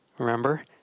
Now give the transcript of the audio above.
remember